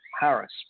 Harris